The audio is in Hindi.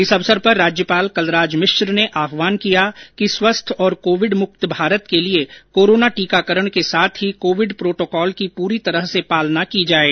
इस अवसर पर राज्यपाल कलराज मिश्र ने आह्वान किया कि स्वस्थ और कोविड मुक्त भारत के लिए कोरोना टीकाकरण के साथ ही कोविड प्रोटोकॉल की पूरी तरह से पालना की जाये